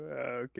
Okay